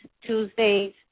Tuesdays